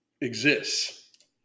exists